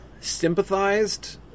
sympathized